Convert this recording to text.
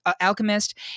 alchemist